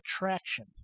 attraction